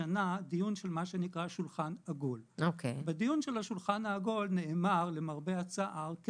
השנה דיון שולחן עגול בו נאמר למרבה הצער,